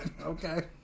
Okay